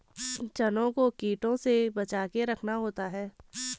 चनों को कीटों से बचाके रखना होता है